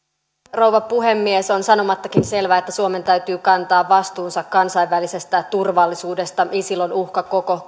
rouva puhemies on sanomattakin selvää että suomen täytyy kantaa vastuunsa kansainvälisestä turvallisuudesta isil on uhka koko